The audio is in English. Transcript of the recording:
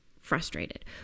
frustrated